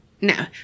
no